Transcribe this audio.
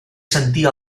sentir